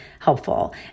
helpful